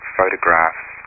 photographs